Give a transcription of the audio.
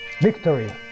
Victory